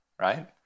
right